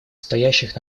стоящих